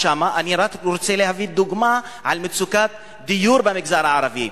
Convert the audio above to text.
רוצה לתת דוגמה למצוקת הדיור במגזר הערבי.